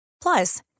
Plus